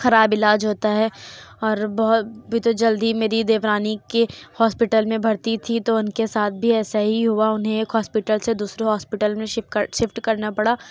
خراب علاج ہوتا ہے اور بہت جلدی میں میری دیورانی کے ہاسپیٹل میں بھرتی تھی تو ان کے ساتھ بھی ایسا ہی ہوا انہیں ایک ہاسپیٹل سے دوسرے ہاسپیٹل میں شفٹ شفٹ کرنا پڑا